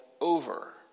over